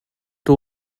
two